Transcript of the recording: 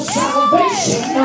salvation